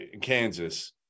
Kansas